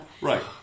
Right